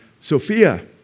Sophia